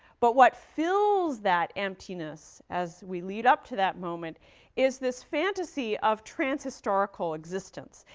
but what fills that emptiness as we lead up to that moment is this fantasy of trans-historical existence,